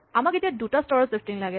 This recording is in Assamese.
আমাক এতিয়া দুটা স্তৰৰ চিফ্টিং লাগে